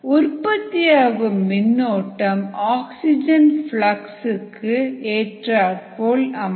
உற்பத்தியாகும் மின்னோட்டம் oxygen flux க்கு ஏற்றார்போல் அமையும்